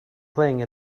playing